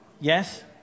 Yes